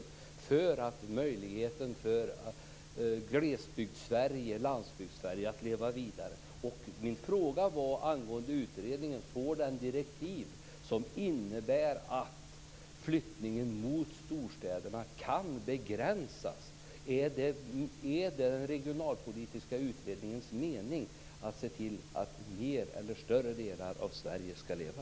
Det gör det möjligt för Glesbygdssverige och Landsbygdssverige att leva vidare. Min fråga angående utredningen var: Får utredningen direktiv som innebär att flyttningen mot storstäderna kan begränsas? Är meningen med den regionalpolitiska utredningen att se till se till att större delar av Sverige skall leva?